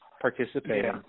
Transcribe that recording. participating